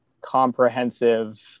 comprehensive